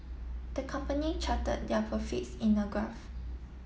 the company charted their profits in a graph